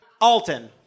Alton